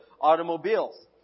automobiles